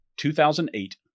2008